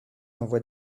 envoie